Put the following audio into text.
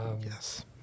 Yes